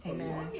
Amen